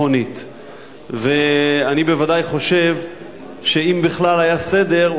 אני בוודאי חושב שאם בכלל היה סדר,